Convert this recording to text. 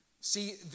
See